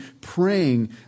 praying